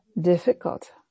difficult